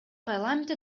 парламентте